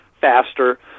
faster